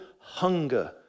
hunger